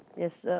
yes sir,